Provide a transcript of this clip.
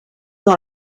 dans